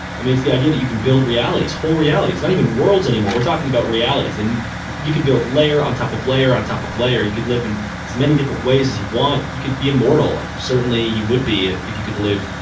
i mean, it's the idea that you can build realities, whole realities. not even worlds anymore. we're talking about realities then you could build layer on top of layer on top of layer. you could live in as many different ways as you want. you could be immortal. certainly, you would be if you could live,